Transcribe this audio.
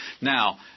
now